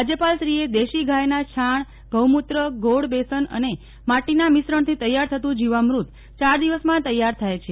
રાજ્યપાલશ્રીએ દેશી ગાયના છાણ ગૌ મૂત્ર ગોળ બેસન અને માટીના મિશ્રજ્ઞથી તૈયાર થતું જીવામૂત ચાર દિવસમાં તૈયાર થાય છે